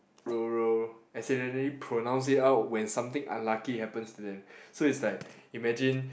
accidentally pronounce it out when something unlucky happens to them so it's like imagine